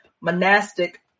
Monastic